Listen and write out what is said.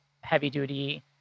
heavy-duty